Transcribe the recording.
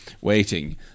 waiting